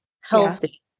healthy